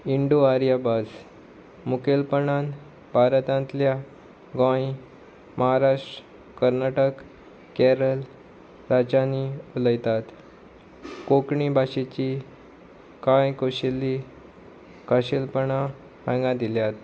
Indo आर्यभास मुखेलपणान भारतांतल्या गोंय महाराष्ट्र कर्नाटक केरल राज्यांनी उलयतात कोंकणी भाशेची कांय खाशेल्ली खाशेलपणां हांगा दिल्यात